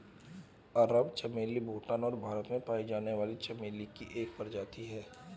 अरब चमेली भूटान और भारत में पाई जाने वाली चमेली की एक प्रजाति है